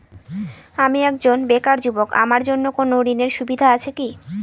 আমি একজন বেকার যুবক আমার জন্য কোন ঋণের সুবিধা আছে কি?